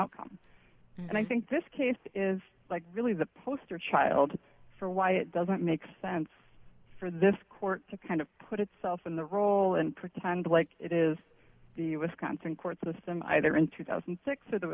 outcome and i think this case is really the poster child for why it doesn't make sense for this court to kind of put itself in the role and part time like it is the wisconsin court system either in two thousand and six or